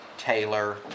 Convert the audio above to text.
Taylor